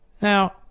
Now